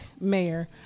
mayor